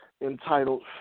entitled